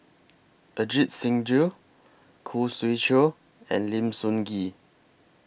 Ajit Singh Gill Khoo Swee Chiow and Lim Sun Gee